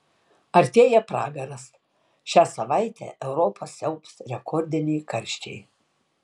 artėja pragaras šią savaitę europą siaubs rekordiniai karščiai